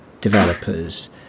developers